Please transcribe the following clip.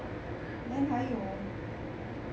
then 还有